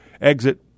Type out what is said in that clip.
exit